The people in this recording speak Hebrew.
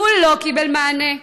הוא לא קיבל מענה.